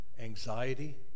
anxiety